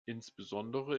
insbesondere